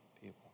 people